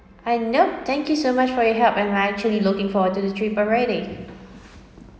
I know thank you so much for your help and I actually looking forward to the trip already